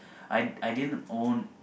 I I didn't own